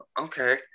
okay